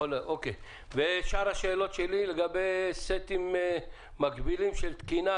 ולגבי שאר השאלות שלי לגבי סטים של תקינה.